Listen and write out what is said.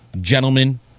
gentlemen